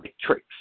tricks